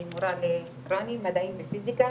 אני מורה לרני מדעים ופיסיקה,